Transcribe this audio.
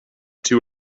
two